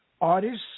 artists